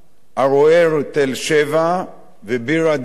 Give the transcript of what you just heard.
ערוער תל-שבע וביר-הדאג'.